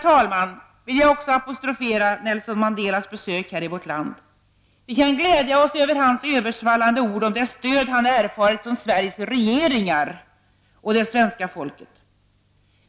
Jag vill också apostrofera Nelson Mandelas besök här i vårt land. Vi kan glädja oss över hans översvallande ord om det stöd han erfarit från Sveriges regeringar och det svenska folket.